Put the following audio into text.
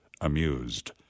amused